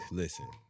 listen